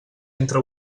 entre